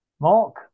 Mark